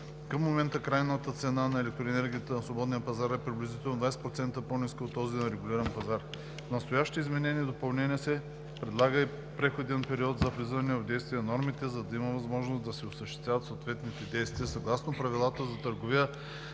Към момента крайната цена на електроенергията на свободен пазар е приблизително 20% по-ниска от тази на регулиран пазар. С настоящите изменения и допълнения се предлага преходен период за влизане в действие на нормите, за да има възможност да се осъществяват съответните действия съгласно Правилата за търговия